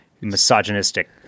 misogynistic